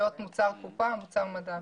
להיות מוצר קופה או מוצר מדף.